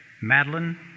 Madeline